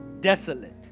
Desolate